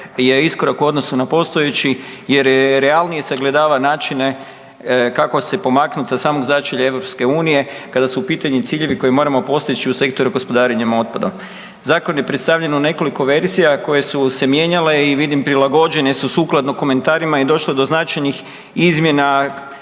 je iskorak u odnosu na postojeći jer realnije sagledava načine kako se pomaknut sa samog začelja EU kada su u pitanju ciljevi koje moramo postići u sektoru gospodarenjem otpadom. Zakon je predstavljen u nekoliko verzija koje su se mijenjale i vidim prilagođene su sukladno komentarima i došlo je do značajnih izmjena